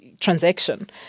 transaction